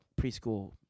preschool